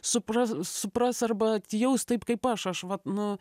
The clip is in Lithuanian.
supras supras arba atjaus taip kaip aš aš vat nu